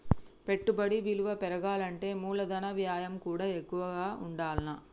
పెట్టుబడి విలువ పెరగాలంటే మూలధన వ్యయం కూడా ఎక్కువగా ఉండాల్ల